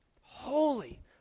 holy